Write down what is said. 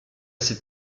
cette